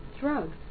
drugs